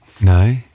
No